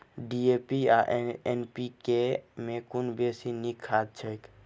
DAP आ NPK मे कुन बेसी नीक खाद छैक?